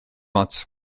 ots